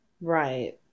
Right